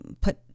put